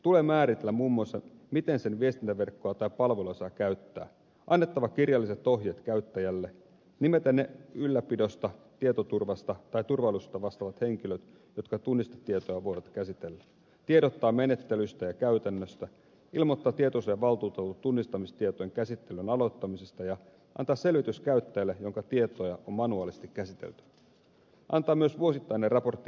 tulee määritellä muun muassa miten sen viestintäverkkoa tai palvelua saa käyttää antaa kirjalliset ohjeet käyttäjälle nimetä ne ylläpidosta tietoturvasta tai turvallisuudesta vastaavat henkilöt jotka tunnistetietoa voivat käsitellä tiedottaa menettelystä ja käytännöstä ilmoittaa tietosuojavaltuutetulle tunnistamistietojen käsittelyn aloittamisesta ja antaa selvitys käyttäjälle jonka tietoja on manuaalisesti käsitelty antaa myös vuosittainen raportti käsittelystä tietosuojavaltuutetulle